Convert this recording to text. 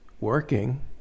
working